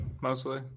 mostly